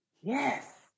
yes